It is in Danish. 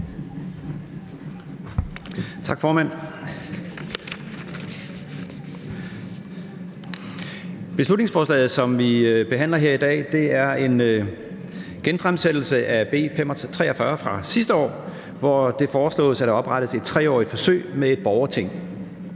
Beslutningsforslaget, som vi behandler her i dag, er en genfremsættelse af B 43 fra sidste år, hvor det foreslås, at der oprettes et 3-årigt forsøg med et borgerting.